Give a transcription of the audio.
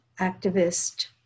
activist